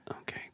Okay